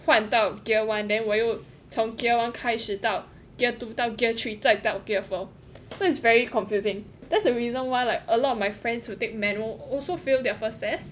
换到 gear one then 我又从 gear one 开始到 gear two 到 gear three 再到 gear four so it's very confusing that's the reason why like a lot of my friends will take manual also fail their first test